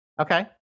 Okay